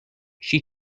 she